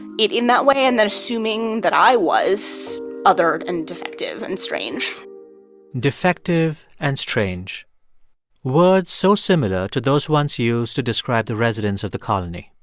it in that way and then assuming that i was othered and defective and strange defective and strange words so similar to those once used to describe the residents of the colony.